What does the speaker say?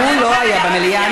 הוא לא היה במליאה.